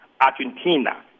Argentina